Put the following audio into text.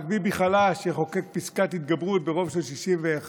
רק ביבי חלש יחוקק פסקת התגברות ברוב של 61,